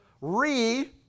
Re